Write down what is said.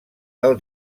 del